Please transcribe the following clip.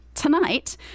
Tonight